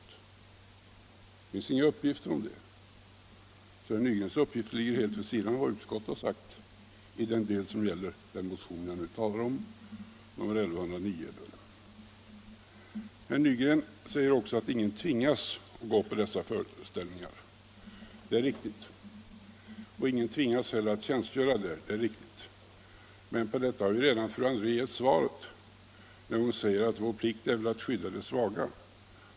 Det finns inga uppgifter om det, så det herr Nygren har sagt ligger helt vid sidan av vad utskottet har anfört i den del som gäller motionen 1109. Herr Nygren säger också att ingen tvingas gå på dessa föreställningar. Det är riktigt. Ingen tvingas heller tjänstgöra där. Det är också riktigt. Men till detta har fru André redan gett en kommentar, där hon säger: Vår plikt är att skydda de svaga.